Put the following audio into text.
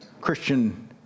Christian